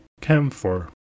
camphor